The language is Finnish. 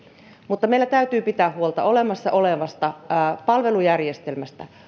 mutta meillä täytyy pitää huolta olemassa olevasta palvelujärjestelmästä